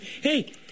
hey